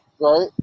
Right